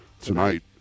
tonight